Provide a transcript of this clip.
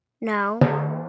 no